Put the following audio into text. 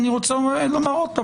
שוב,